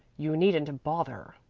you needn't bother,